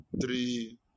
three